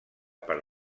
per